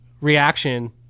reaction